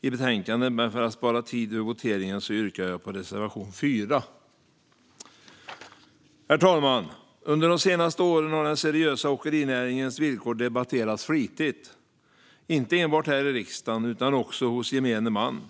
i betänkandet, men för att spara tid vid voteringen yrkar jag bifall endast till reservation 4. Herr talman! Under de senaste åren har den seriösa åkerinäringens villkor debatterats flitigt, inte enbart här i riksdagen utan också hos gemene man.